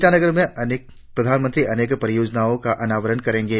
ईटानगर में प्रधानमंत्री अनेक परियोजनाओं का अनावरण करेंगे